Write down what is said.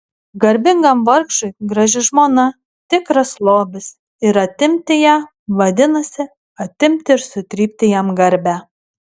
garbingam vargšui graži žmona tikras lobis ir atimti ją vadinasi atimti ir sutrypti jam garbę